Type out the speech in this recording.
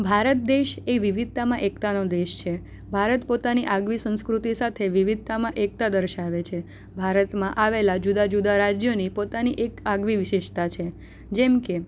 ભારત દેશ એ વિવિધતામાં એકતાનો દેશ છે ભારત પોતાની આગવી સંસ્કૃતિ સાથે વિવિધતામાં એકતા દર્શાવે છે ભારતમાં આવેલ જુદાં જુદાં રાજ્યોની પોતાની એક આગવી વિશેષતા છે જેમકે